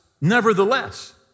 Nevertheless